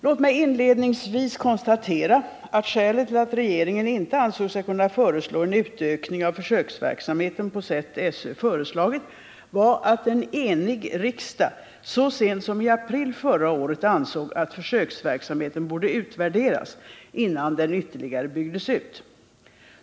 Låt mig inledningsvis konstatera att skälet till att regeringen inte ansåg sig kunna föreslå en utökning av försöksverksamheten på sätt SÖ föreslagit var att en enig riksdag så sent som i april förra året ansåg att försöksverksamheten borde utvärderas innan den ytterligare byggdes ut.